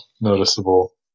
noticeable